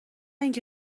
اینکه